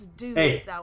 Hey